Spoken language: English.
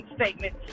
statement